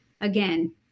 Again